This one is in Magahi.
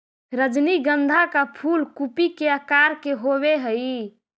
रजनीगंधा का फूल कूपी के आकार के होवे हई